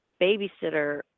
babysitter